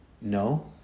No